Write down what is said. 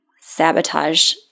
sabotage